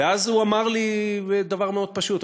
ואז הוא אמר לי דבר מאוד פשוט.